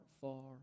far